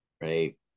right